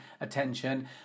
attention